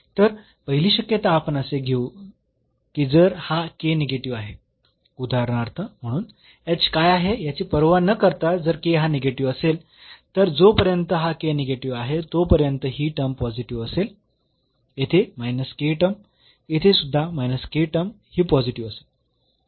तर पहिली शक्यता आपण असे घेऊ की जर हा निगेटिव्ह आहे उदाहरणार्थ म्हणून काय आहे याची पर्वा न करता जर हा निगेटिव्ह असेल तर जोपर्यंत हा निगेटिव्ह आहे तोपर्यंत ही टर्म पॉझिटिव्ह असेल येथे टर्म येथे सुद्धा टर्म ही पॉझिटिव्ह असेल